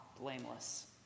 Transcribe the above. blameless